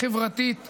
חברתית וציונית,